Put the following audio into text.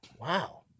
Wow